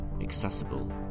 accessible